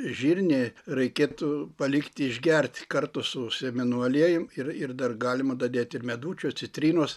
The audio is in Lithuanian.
žirniai reikėtų palikti išgert kartu su sėmenų aliejum ir ir dar galima dadėt ir medučio citrinos